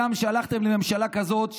הגם שהלכתם לממשלה כזאת,